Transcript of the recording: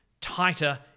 tighter